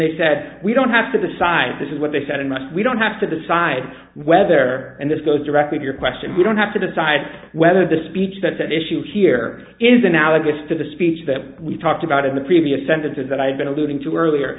they said we don't have to decide this is what they said unless we don't have to decide whether and this goes directly to your question we don't have to decide whether the speech that's at issue here is analogous to the speech that we talked about in the previous sentences that i've been alluding to earlier